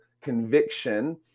conviction